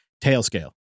Tailscale